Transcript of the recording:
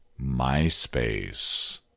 MySpace